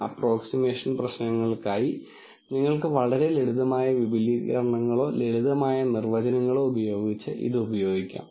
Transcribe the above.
നിങ്ങൾക്ക് engineering data x ഉണ്ടായിരിക്കാം അത് ഒരു പമ്പിന്റെ സ്വഭാവത്തെക്കുറിച്ച് സൂചിപ്പിക്കാം പമ്പിന്റെ പ്രവർത്തനം നമുക്ക് x1 മുതൽ xn വരെയുള്ള നിരവധി ആട്രിബ്യൂട്ടുകൾ പറയാം